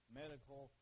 medical